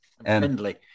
Friendly